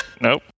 Nope